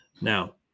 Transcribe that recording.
Now